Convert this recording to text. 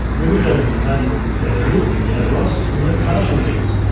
when you go into the party room, you have a win, you have a loss, and you have partial wins.